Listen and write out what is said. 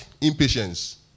impatience